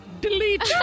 delete